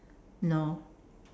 no